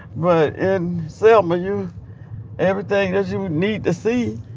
but in selma, you everything that you need to see